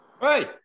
Hey